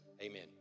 amen